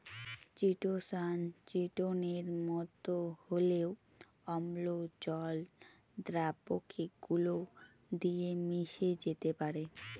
chitosan চিটোনের মতো হলেও অম্ল জল দ্রাবকে গুলে গিয়ে মিশে যেতে পারে